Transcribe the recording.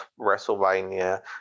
WrestleMania